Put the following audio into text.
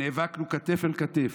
נאבקנו כתף אל כתף,